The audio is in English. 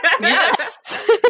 Yes